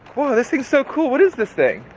whoa, this thing's so cool. what is this thing?